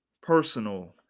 personal